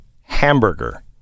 hamburger